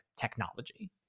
technology